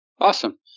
awesome